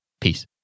Peace